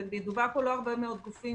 מדובר לא על הרבה מאוד גופים,